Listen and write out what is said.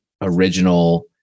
original